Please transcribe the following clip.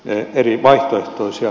eri vaihtoehtoisia